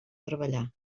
treballar